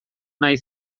nahi